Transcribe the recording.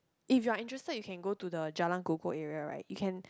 if you're interested you can go to the Jalan-Kukoh area right you can